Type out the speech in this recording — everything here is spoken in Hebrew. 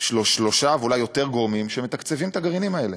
שלושה ואולי יותר גורמים שמתקצבים את הגרעינים האלה,